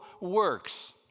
works